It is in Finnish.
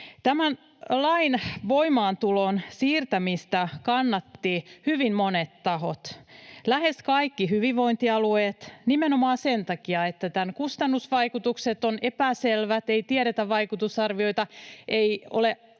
Tämän lain voimaantulon siirtämistä kannattivat hyvin monet tahot, kuten lähes kaikki hyvinvointialueet, nimenomaan sen takia, että tämän kustannusvaikutukset ovat epäselvät, ei tiedetä vaikutusarvioita, ei ole